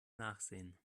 nachsehen